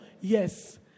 Yes